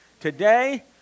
Today